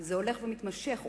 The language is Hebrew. כי זה הולך ומתמשך ומחמיר.